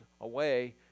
away